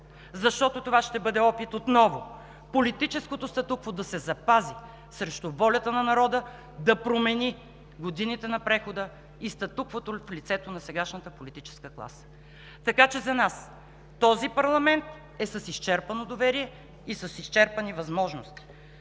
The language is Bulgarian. защото това ще бъде опит отново политическото статукво да се запази срещу волята на народа да промени годините на прехода и статуквото в лицето на сегашната политическа класа. Така че за нас този парламент е с изчерпано доверие и с изчерпани възможности.